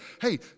Hey